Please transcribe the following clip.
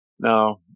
Now